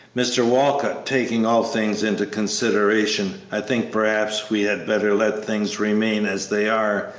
mr. walcott, taking all things into consideration, i think perhaps we had better let things remain as they are,